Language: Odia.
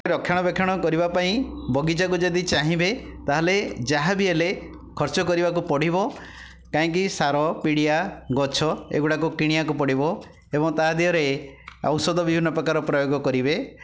ରକ୍ଷଣ ବେକ୍ଷଣ କରିବା ପାଇଁ ବଗିଚାକୁ ଯଦି ଚାହିଁବେ ତା'ହେଲେ ଯାହା ବି ହେଲେ ଖର୍ଚ୍ଚ କରିବାକୁ ପଡ଼ିବ କାହିଁକି ସାର ପିଡ଼ିଆ ଗଛ ଏଗୁଡ଼ାକ କିଣିବାକୁ ପଡ଼ିବ ଏବଂ ତା' ଦେହରେ ଔଷଧ ବିଭିନ୍ନ ପ୍ରକାର ପ୍ରୟୋଗ କରିବେ